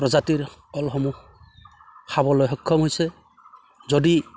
প্ৰজাতিৰ কলসমূহ খাবলৈ সক্ষম হৈছে যদি